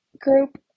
group